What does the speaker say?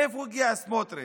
מאיפה הגיע סמוטריץ',